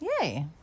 Yay